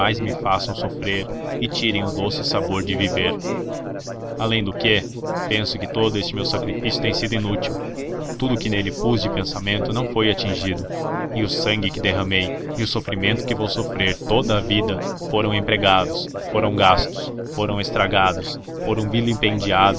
me façam sofrer e tirem o doce sabor de viver além do que penso que todo este meu sacrifício tem sido inútil tudo o que nele pus de pensamento não foi atingido e o sangue que derramei e o sofrimento que vou sofrer toda a vida foram empregados foram gastos foram estragados foram vilipendiados